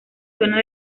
zonas